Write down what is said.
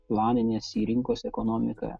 planinės į rinkos ekonomiką